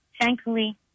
Thankfully